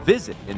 Visit